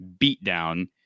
beatdown